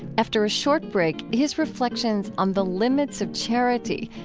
after a short break, his reflection on the limits of charity,